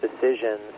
decisions